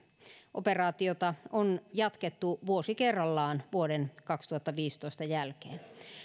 operaatiota on jatkettu vuosi kerrallaan vuoden kaksituhattaviisitoista jälkeen